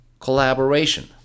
collaboration